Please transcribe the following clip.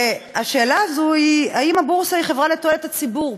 והשאלה הזו היא: האם הבורסה היא חברה לתועלת הציבור,